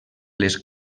les